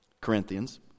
Corinthians